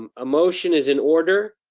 um a motion is in order.